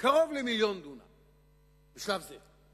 קרוב למיליון דונם בשלב זה.